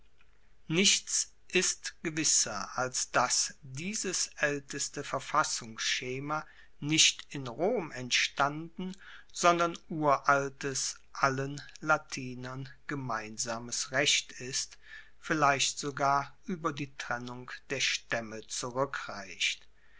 nichts ist gewisser als dass dieses aelteste verfassungsschema nicht in rom entstanden sondern uraltes allen latinern gemeinsames recht ist vielleicht sogar ueber die trennung der staemme zurueckreicht